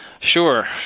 Sure